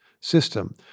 system